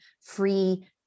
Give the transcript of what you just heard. free